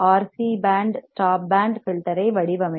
C RC band stop filter ஐ வடிவமைப்போம்